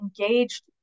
engaged